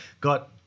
Got